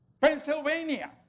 Pennsylvania